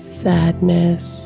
sadness